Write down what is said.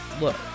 look